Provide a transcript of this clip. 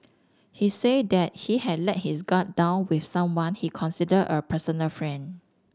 he said that he had let his guard down with someone he considered a personal friend